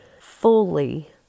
fully